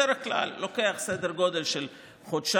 בדרך כלל לוקח סדר גודל של חודשיים,